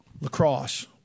lacrosse